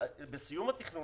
בסיום התכנון